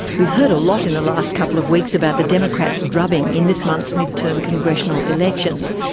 we've heard a lot in the last couple of weeks about the democrats' drubbing in this month's mid-term congressional elections,